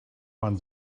man